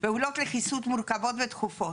פעולות לחיזוק מורכבת ודחופה,